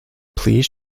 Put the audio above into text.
please